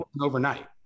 Overnight